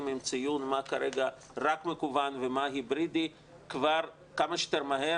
עם ציון מה כרגע רק מקוון ומה היברידי כמה שיותר מהר,